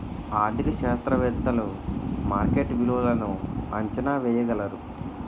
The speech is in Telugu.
ఆర్థిక శాస్త్రవేత్తలు మార్కెట్ విలువలను అంచనా వేయగలరు